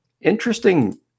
Interesting